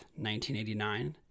1989